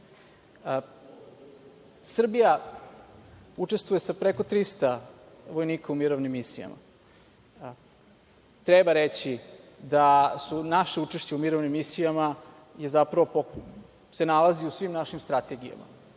human. Srbija učestvuje sa preko 300 vojnika u mirovnim misijama. Treba reći da se naše učešće u mirovnim misijama zapravo nalazi u svim našim strategijama